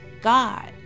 God